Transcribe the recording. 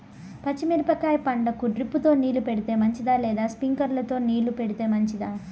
పచ్చి మిరపకాయ పంటకు డ్రిప్ తో నీళ్లు పెడితే మంచిదా లేదా స్ప్రింక్లర్లు తో నీళ్లు పెడితే మంచిదా?